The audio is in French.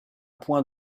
point